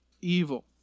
evil